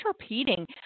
repeating